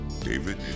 David